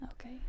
Okay